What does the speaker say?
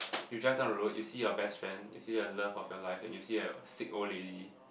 you drive down the road you see your best friend you see the love of your life and you see a sick old lady